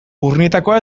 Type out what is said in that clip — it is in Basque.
urnietakoa